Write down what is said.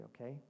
okay